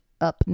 up